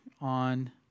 on